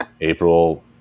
April